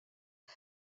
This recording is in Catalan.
que